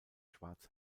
schwarz